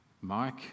Mike